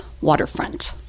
waterfront